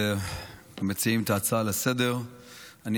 המציעים את ההצעה לסדר-היום,